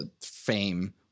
fame